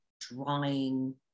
drawing